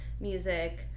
music